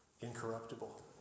incorruptible